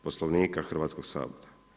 Poslovnika Hrvatskog sabora.